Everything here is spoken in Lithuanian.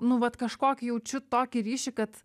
nu vat kažkokį jaučiu tokį ryšį kad